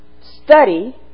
Study